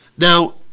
Now